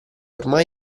ormai